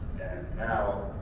and now,